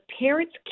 parents